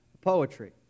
poetry